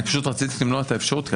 אני פשוט רציתי למנוע את האפשרות.